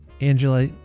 Angela